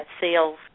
sales